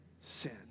sin